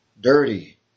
dirty